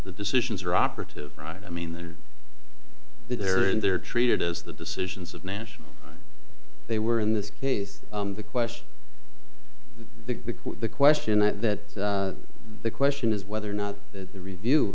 the decisions are operative right i mean they're there and they're treated as the decisions of national they were in this case the question the question that the question is whether or not the review